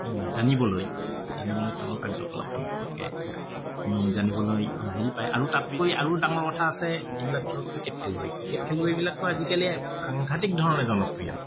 জানিবলৈ জানিবলৈ তেওঁলোকৰ কাৰ্যকলাপ সম্পৰ্কে জানিবলৈ হেৰি পায় আৰু তাতকৈ আৰু ডাঙৰ কথা আছে যিবিলাক ধৰক ক্ৰিকেট খেলুৱৈ ক্ৰিকেট খেলুৱৈবিলাকটো আজিকালি সাংঘাতিক ধৰণে জনপ্ৰিয়